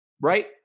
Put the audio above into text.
Right